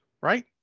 Right